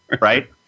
Right